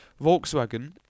Volkswagen